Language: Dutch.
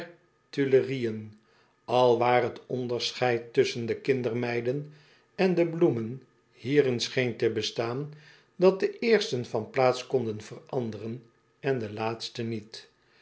alwaar t onderscheid tusschen de kindermeiden en de bloemen hierin scheen te bestaan dat de eersten van plaats konden veranderen en de laatsten niet